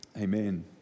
Amen